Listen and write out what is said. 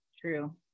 True